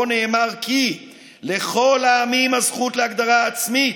שבה נאמר כי: "לכל העמים הזכות להגדרה עצמית.